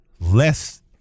less